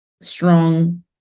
strong